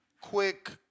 quick